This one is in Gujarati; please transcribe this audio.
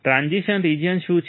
ટ્રાન્ઝિશન રીજીયન શું છે